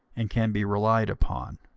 and can be relied upon.